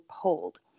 pulled